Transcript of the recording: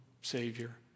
Savior